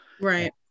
right